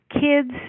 kids